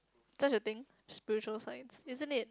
just the thing Spurious Science isn't it